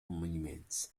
monument